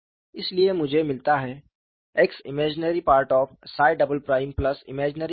इसलिए मुझे मिलता है xIm 𝜳″Im 𝛘″0